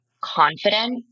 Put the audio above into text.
confident